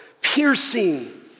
piercing